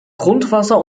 grundwasser